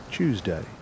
Tuesday